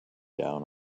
down